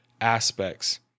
aspects